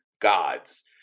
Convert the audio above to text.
Gods